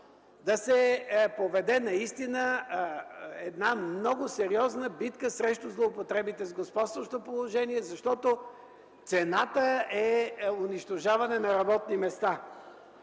да се поведе наистина една много сериозна битка срещу злоупотребите с господстващо положение, защото цената е унищожаване на работни места.